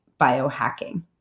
biohacking